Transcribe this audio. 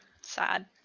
sad